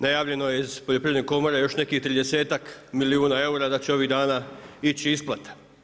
Najavljeno je iz Poljoprivredne komore još nekih tridesetak milijuna eura da će ovih dana ići isplata.